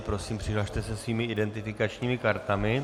Prosím, přihlaste se svými identifikačními kartami.